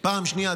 פעם שנייה,